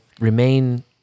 remain